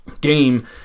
game